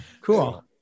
Cool